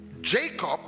Jacob